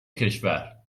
کشور